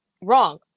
wrong